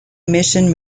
mission